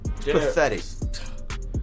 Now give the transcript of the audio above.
pathetic